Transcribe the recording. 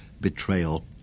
betrayal